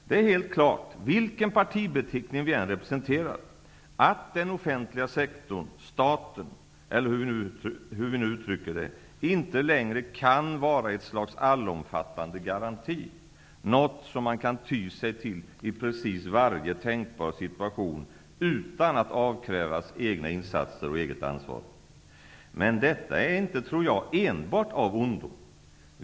Det är helt klart -- vilken partibeteckning vi än representerar -- att den offentliga sektorn, staten, eller hur vi nu uttrycker det, inte längre kan vara ett slags allomfattande garanti, något som man kan ty sig till i precis varje tänkbar situation, utan att avkrävas egna insatser och eget ansvar. Men detta är inte, tror jag, enbart av ondo.